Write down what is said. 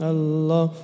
Allah